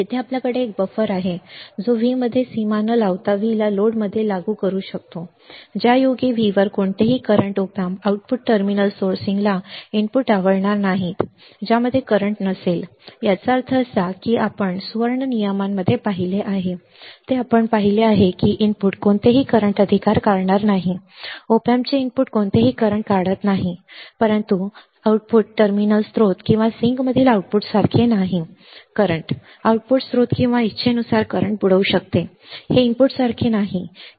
येथे आपल्याकडे एक बफर आहे जो V मध्ये सीमा न लावता V ला लोडमध्ये लागू करू शकतो ज्यायोगे V वर कोणत्याही current op amp output terminal सोर्सिंगला इनपुट आवडणार नाहीत ज्यामध्ये करंट नसेल याचा अर्थ असा की जे आपण सुवर्ण नियमांमध्ये पाहिले आहे ते आपण पाहिले आहे की इनपुट कोणतेही करंट अधिकार काढणार नाही op amp चे इनपुट कोणतेही करंट काढत नाही परंतु आउटपुट आउटपुट टर्मिनल स्त्रोत आणि सिंकमधील आउटपुटसारखे नाही करंट आउटपुट स्त्रोत किंवा इच्छेनुसार करंट बुडवू शकते हे इनपुटसारखे नाही की ते करंट काढणार नाही ठीक आहे